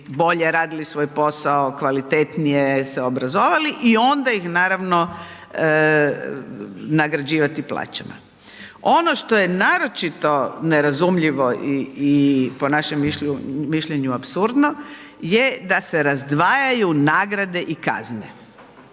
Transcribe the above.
bolje radili svoj posao, kvalitetnije se obrazovali i onda ih naravno nagrađivati plaćama. Ono što je naročito nerazumljivo i po našem mišljenju apsurdno je da se razdvajaju nagrade i kazne.